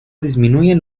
disminuyen